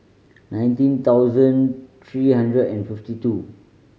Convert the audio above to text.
nineteen thousand three hundred and fifty two